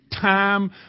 time